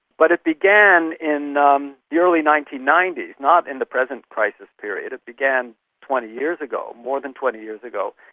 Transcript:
but it began in um the early nineteen ninety s, not in the present crisis period, it began twenty years ago, more than twenty years ago,